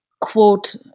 quote